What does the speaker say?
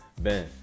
Ben